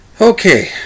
Okay